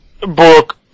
book